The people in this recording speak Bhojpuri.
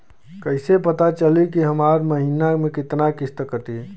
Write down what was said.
कईसे पता चली की हमार महीना में कितना किस्त कटी?